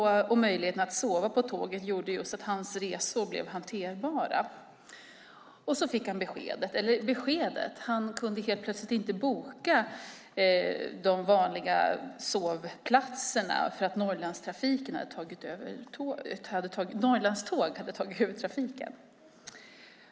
Möjligheten att sova på tåget gjorde att hans resor blev hanterbara. Men helt plötsligt kunde han inte boka de vanliga sovplatserna. Norrlandståg hade nämligen tagit över trafiken.